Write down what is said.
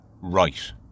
right